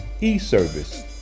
e-service